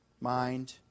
Mind